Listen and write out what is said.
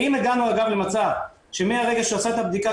ואם הגענו למצב שמהרגע שהוא עשה את בדיקת